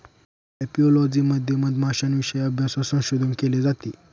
apiology मध्ये मधमाश्यांविषयी अभ्यास व संशोधन केले जाते